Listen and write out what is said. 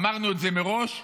אמרנו את זה מראש.